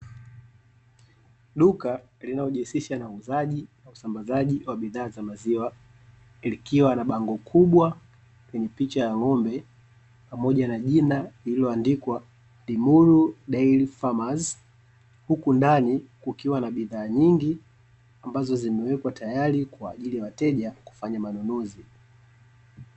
Duka linalojihusisha na uuzaji na usambazaji wa bidhaa za maziwa likiwa na bango kubwa lenye picha ya ng'ombe pamoja na jina lilioandikwa (LIMURU DAIRY Farmers) , huku ndani kukiwa na bidhaa nyingi ambazo zimewekwa tayari kwa ajili ya wateja kufanya manunuzi.